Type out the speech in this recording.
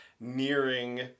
nearing